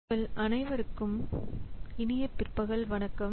உங்கள் அனைவருக்கும் இனிய பிற்பகல் வணக்கம்